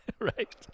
Right